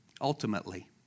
ultimately